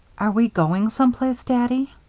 are we going some place, daddy?